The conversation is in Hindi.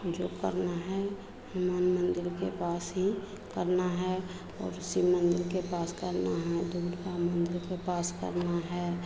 जो करना है हनुमान मंदिर के पास ही करना है और उसी मंदिर के पास करना है दूर का मंदिर के पास करना है